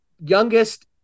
youngest